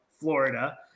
Florida